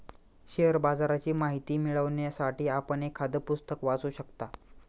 share बाजाराची माहिती मिळवण्यासाठी आपण एखादं पुस्तक वाचू शकता